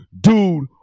dude